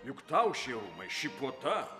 juk tau šilumai ši puota